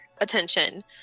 attention